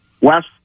west